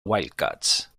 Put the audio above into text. wildcats